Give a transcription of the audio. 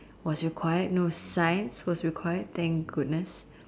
was required no science was required thank goodness